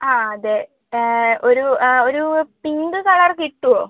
ആ അതെ ഒരു ഒരു പിങ്ക് കളറ് കിട്ടുവോ